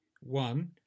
One